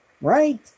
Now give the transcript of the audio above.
right